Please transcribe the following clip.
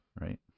Right